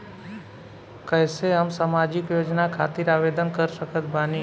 कैसे हम सामाजिक योजना खातिर आवेदन कर सकत बानी?